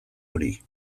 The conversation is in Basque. hori